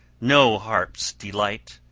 no harp's delight,